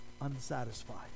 unsatisfied